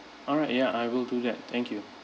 all right ya I will do that thank you